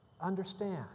understand